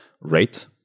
rate